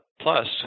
Plus